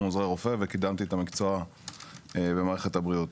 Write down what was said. עוזרי רופא וקידמתי את המקצוע במערכת הבריאות.